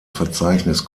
verzeichnis